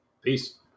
Peace